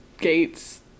gates